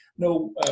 no